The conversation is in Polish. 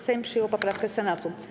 Sejm przyjął poprawkę Senatu.